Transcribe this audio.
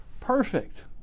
perfect